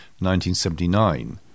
1979